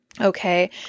Okay